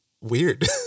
weird